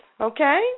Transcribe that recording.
Okay